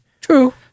True